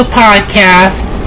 podcast